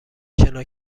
شنا